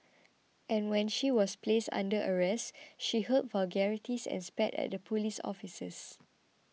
and when she was placed under arrest she hurled vulgarities and spat at the police officers